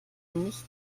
nichts